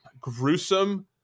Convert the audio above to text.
gruesome